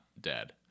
dead